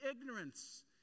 ignorance